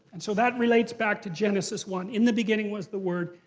and so that relates back to genesis one, in the beginning was the word,